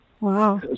Wow